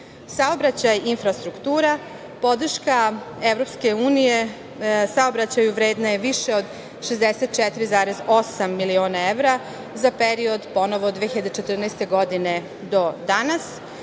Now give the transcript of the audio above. evra. Saobraćaj i infrastruktura. Podrška EU saobraćaju vredna je više od 64,8 miliona evra za period, ponovo, od 2014. godine do danas.